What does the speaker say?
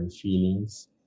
feelings